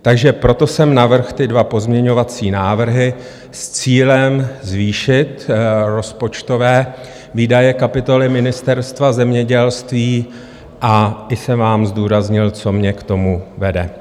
Takže proto jsem navrhl ty dva pozměňovací návrhy s cílem zvýšit rozpočtové výdaje kapitoly Ministerstva zemědělství a i jsem vám zdůraznil, co mě k tomu vede.